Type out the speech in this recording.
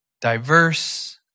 diverse